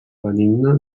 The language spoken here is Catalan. benigne